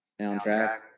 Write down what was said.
Soundtrack